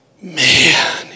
Man